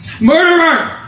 Murderer